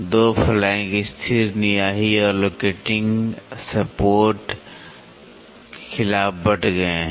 2 flank स्थिर निहाई और लोकेटिंग सपोर्ट के खिलाफ बट गए हैं